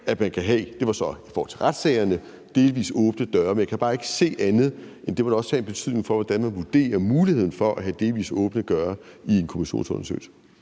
til hinder for – det var så i forhold til retssagerne – delvis åbne døre, men jeg kan bare ikke se andet, end det da også må have en betydning for, hvordan man vurderer muligheden for at have delvis åbne døre i en kommissionsundersøgelse.